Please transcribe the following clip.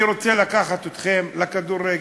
אני רוצה לקחת אתכם לכדורגל.